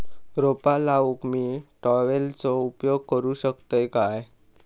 रोपा लाऊक मी ट्रावेलचो उपयोग करू शकतय काय?